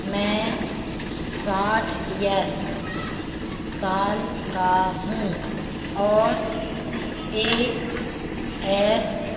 मैं साठ एअस साल का हूँ और ए एस